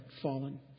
fallen